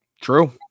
True